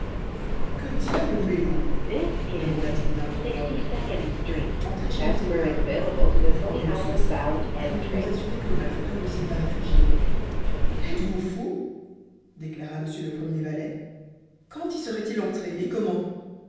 que diable voulez-vous demanda-t-il d'un ton rogue entrer chez monseigneur répondit le suisse afin de nous assurer que le malfaiteur ne s'y est pas réfugié êtes-vous fou déclara m le premier valet quand y serait-il entré et comment